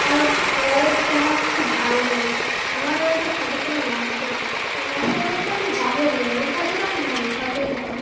কারণ ও ওকে আমার খুব ভালো লেগেছে আমার ওর একটা ফটো তোলা লাগবেই ওই গাছটার কাছে তো আমি যাবোই যাবো ওর কাছে তো আমি যাবোই যতই যাই হোক